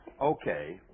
okay